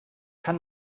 kann